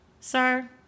sir